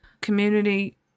community